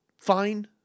fine